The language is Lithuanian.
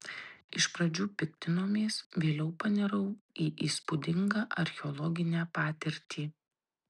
iš pradžių piktinomės vėliau panirau į įspūdingą archeologinę patirtį